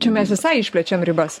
čia mes visai išplečiam ribas